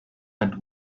and